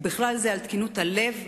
ובכלל זה על תקינות הלב,